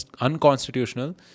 unconstitutional